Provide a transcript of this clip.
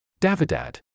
Davidad